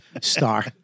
star